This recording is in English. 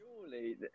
surely